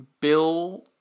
Bill